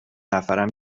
نفرم